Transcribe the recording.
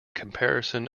comparison